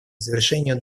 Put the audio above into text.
завершению